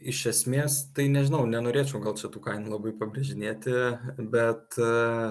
iš esmės tai nežinau nenorėčiau gal čia tų kainų labai pabrėžinėti bet e